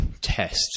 test